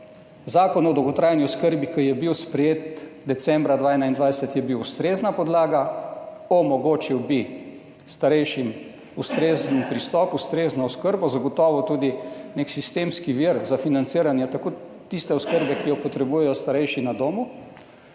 Zakon o dolgotrajni oskrbi, ki je bil sprejet decembra 2021, je bil ustrezna podlaga. Omogočil bi starejšim ustrezen pristop, ustrezno oskrbo, zagotovo tudi nek sistemski vir za financiranje, tako tiste oskrbe, ki jo potrebujejo starejši na domu,